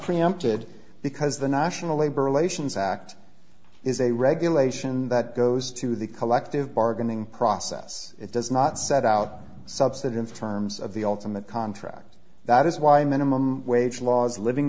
preempted because the national labor relations act is a regulation that goes to the collective bargaining process it does not set out subset in terms of the ultimate contract that is why minimum wage laws living